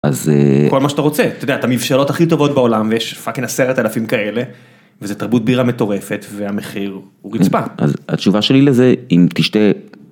אז..כל מה שאתה רוצה, אתה יודע, את המבשלות הכי טובות בעולם, ויש פאקינג עשרת אלפים כאלה וזה תרבות בירה מטורפת והמחיר הוא רצפה. התשובה שלי לזה אם תשתה.